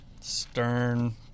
Stern